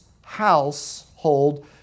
household